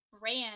brand